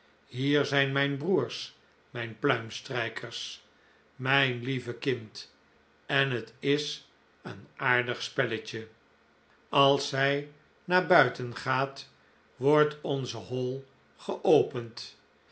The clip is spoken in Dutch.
hier zijn mijn broers mijn pluimstrijkers mijn lieve kind en het is een aardig stelletje als zij naar buiten gaat wordt onze hall geopend